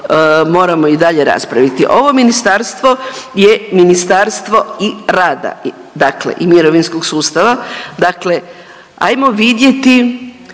moramo i dalje raspraviti. Ovo ministarstvo je Ministarstvo i rada, dakle i mirovinskog sustava, dakle hajmo vidjeti